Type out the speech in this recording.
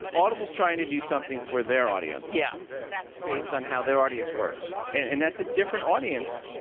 audible is trying to do something for their audience yeah based on how their audience works, and that's a different audience.